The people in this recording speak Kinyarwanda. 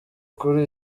kuri